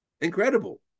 Incredible